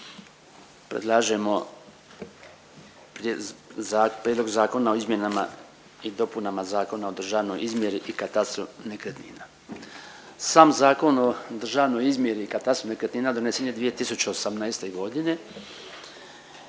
Prijedlog zakona o izmjenama i dopunama Zakona o državnoj izmjeri i katastru nekretnina. Sam Zakon o državnoj izmjeri i katastru nekretnina donesen je 2018. g.